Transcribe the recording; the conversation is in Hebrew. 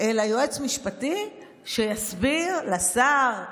אלא יועץ משפטי שיסביר לשר,